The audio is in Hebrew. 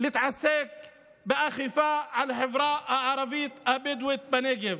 להתעסק באכיפה בחברה הערבית הבדואית בנגב.